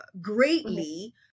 greatly